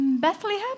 Bethlehem